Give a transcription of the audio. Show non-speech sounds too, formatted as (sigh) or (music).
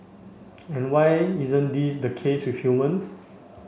(noise) and why isn't this the case with humans